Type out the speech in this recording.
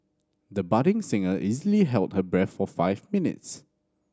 the budding singer easily held her breath for five minutes